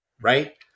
right